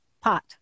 pot